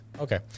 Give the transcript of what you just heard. Okay